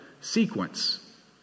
sequence